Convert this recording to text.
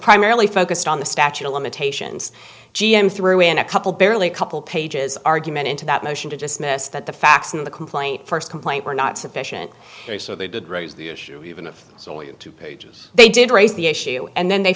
primarily focused on the statute of limitations g m threw in a couple barely a couple pages argument into that motion to dismiss that the facts in the complaint first complaint were not sufficient so they did raise the issue even if it's only two pages they did raise the issue and then they